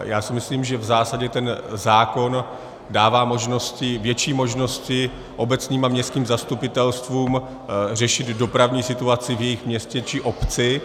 Já si myslím, že v zásadě ten zákon dává možnosti, větší možnosti obecním a městským zastupitelstvům řešit dopravní situaci v jejich městě či obci.